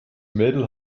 mädel